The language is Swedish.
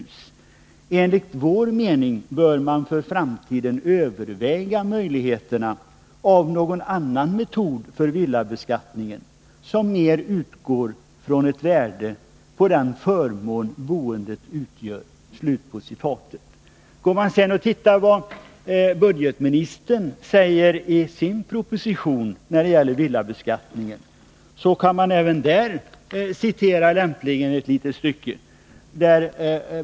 37 Enligt vår mening bör man för framtiden överväga möjligheten av någon annan metod för villabeskattningen, som mer utgår från ett värde på den förmån boendet utgör.” Ser man sedan efter vad budgetministern i sin proposition säger när det gäller villabeskattningen, finner man även där ett litet stycke som lämpligen kan citeras.